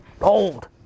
old